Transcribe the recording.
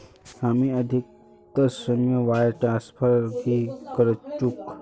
हामी अधिकतर समय वायर ट्रांसफरत ही करचकु